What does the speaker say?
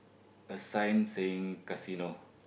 a sign saying casino